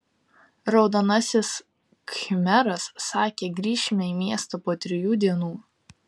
raudonasis khmeras sakė grįšime į miestą po trijų dienų